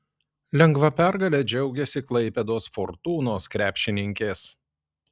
lengva pergale džiaugėsi klaipėdos fortūnos krepšininkės